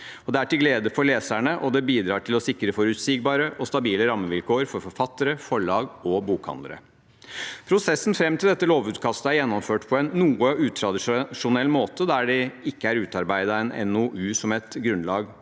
Det er til glede for leserne, og det bidrar til å sikre forutsigbare og stabile rammevilkår for forfattere, forlag og bokhandlere. Prosessen fram til dette lovutkastet er gjennomført på en noe utradisjonell måte, der det ikke er utarbeidet en NOU som et grunnlag.